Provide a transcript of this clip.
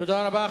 תודה רבה.